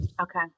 okay